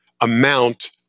amount